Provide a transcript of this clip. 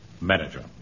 manager